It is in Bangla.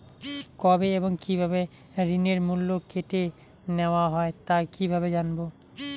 কবে এবং কিভাবে ঋণের মূল্য কেটে নেওয়া হয় তা কিভাবে জানবো?